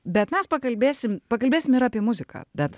bet mes pakalbėsim pakalbėsim ir apie muziką bet